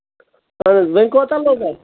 اَدٕ حظ وۄنۍ کوتاہ لوٚگ اَتھ